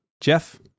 Jeff